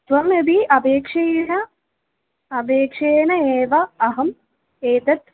त्वं यदि अपेक्षया अपेक्षया एव अहम् एतत्